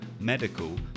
medical